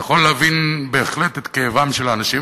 ויכול להבין בהחלט את כאבם של האנשים,